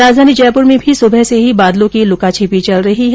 राजधानी जयपुर में भी सुबह से ही बादलों की लुकाछिपी चल रही है